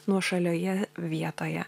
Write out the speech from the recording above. nuošalioje vietoje